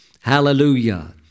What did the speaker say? Hallelujah